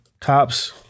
Cops